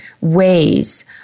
ways